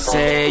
Say